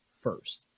first